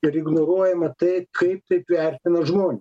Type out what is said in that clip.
ir ignoruojama taip kaip taip vertina žmone